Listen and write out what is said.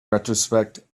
retrospect